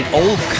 old